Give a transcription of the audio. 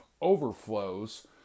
overflows